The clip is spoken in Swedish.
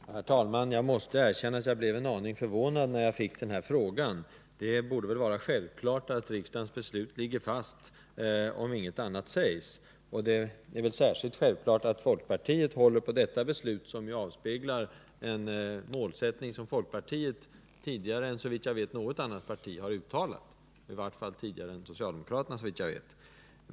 Herr talman! Jag måste erkänna att jag blev en aning förvånad när jag fick denna fråga. Det borde vara självklart att riksdagens beslut ligger fast om ingenting annat sägs. Och det är särskilt självklart att folkpartiet håller på detta beslut, som ju avspeglar en målsättning som folkpartiet, såvitt jag vet, tidigare än något annat parti har uttalat — i vart fall tidigare än socialdemokraterna.